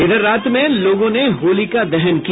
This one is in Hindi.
उधर रात में लोगों ने होलिका दहन किया